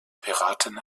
piraten